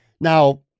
Now